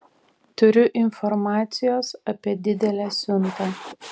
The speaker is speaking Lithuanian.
turiu informacijos apie didelę siuntą